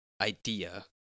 idea